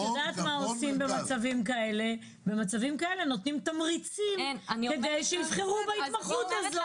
במצבים שכאלו נותנים תמריצים לרופאים כדי שיבחרו בהתמחות הזו.